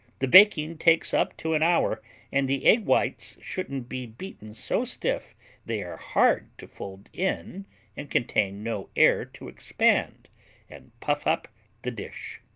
the baking takes up to an hour and the egg whites shouldn't be beaten so stiff they are hard to fold in and contain no air to expand and puff up the dish.